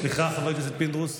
סליחה, חבר הכנסת פינדרוס?